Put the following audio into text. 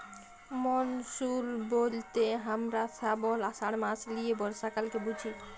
monsoon ব্যলতে হামরা শ্রাবল, আষাঢ় মাস লিয়ে বর্ষাকালকে বুঝি